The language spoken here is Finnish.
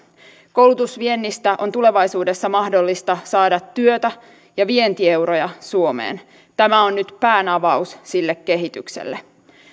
koulutusviennistä on tulevaisuudessa mahdollista saada työtä ja vientieuroja suomeen tämä on nyt päänavaus sille kehitykselle